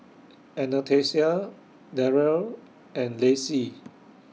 Anastasia Daryle and Lacy